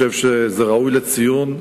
ואני בהחלט חושב שזה ראוי לציון.